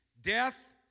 death